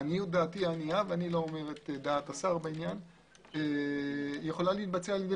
לעניות דעתי ואני לא אומר את דעת השר בעניין - יכולה להתבצע על ידי